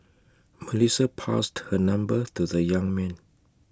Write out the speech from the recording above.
Melissa passed her number to the young man